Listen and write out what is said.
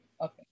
Okay